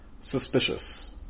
suspicious